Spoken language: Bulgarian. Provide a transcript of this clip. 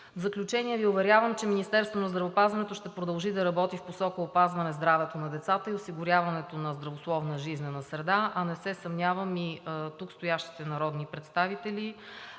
В заключение Ви уверявам, че Министерството на здравеопазването ще продължи да работи в посока опазване здравето на децата и осигуряването на здравословна жизнена среда, а не се съмнявам и тук стоящите народни представители,